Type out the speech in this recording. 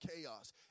chaos